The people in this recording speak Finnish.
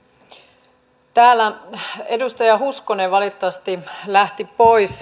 täältä edustaja hoskonen valitettavasti lähti pois